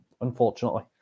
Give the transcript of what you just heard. unfortunately